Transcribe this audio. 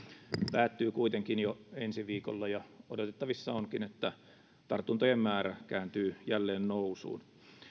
päättyy kuitenkin jo ensi viikolla ja odotettavissa onkin että tartuntojen määrä kääntyy jälleen nousuun